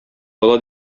бала